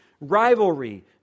rivalry